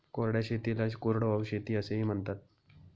कोरड्या शेतीला कोरडवाहू शेती असेही म्हणतात